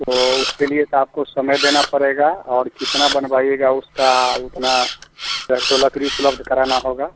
तो उसके लिए तो आपको समय देना पड़ेगा और कितना बनवाइएगा उसका उतना वह ठो लकड़ी उपलब्ध कराना होगा